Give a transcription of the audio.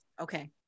okay